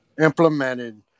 implemented